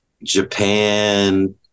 Japan